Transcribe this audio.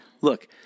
Look